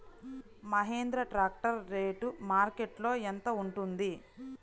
Mahindra tractor rate మార్కెట్లో యెంత ఉంటుంది?